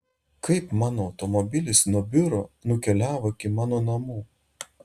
kaip mano automobilis nuo biuro nukeliavo iki mano namų